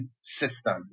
system